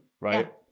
right